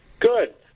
Good